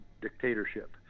dictatorship